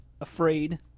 afraid